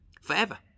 forever